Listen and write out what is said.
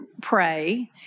pray